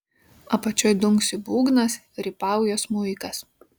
apačioj dunksi būgnas rypauja smuikas